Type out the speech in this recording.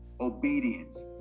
obedience